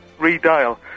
redial